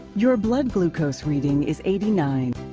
your blood glucose reading is eighty nine.